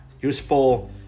useful